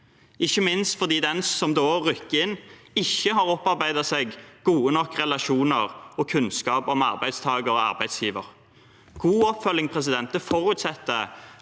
ikke minst fordi den som da rykker inn, ikke har opparbeidet seg gode nok relasjoner til og kunnskap om arbeidstaker og arbeidsgiver. God oppfølging forutsetter